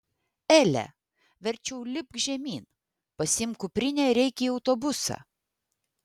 ele verčiau lipk žemyn pasiimk kuprinę ir eik į autobusą